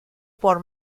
por